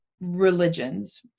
religions